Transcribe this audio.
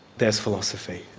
there's philosophy,